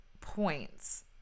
points